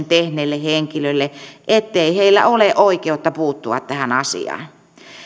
tehneelle henkilölle ettei heillä ole oikeutta puuttua tähän asiaan